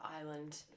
island